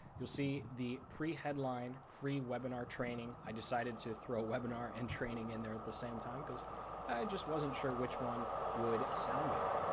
you will see the pre headline, free webinar training. i decided to throw webinar and training and in the same time cause just wasn't sure which one would sound better,